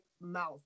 mouth